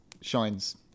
shines